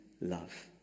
love